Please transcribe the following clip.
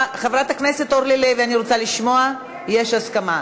חברת הכנסת אורלי לוי, אני רוצה לשמוע, יש הסכמה?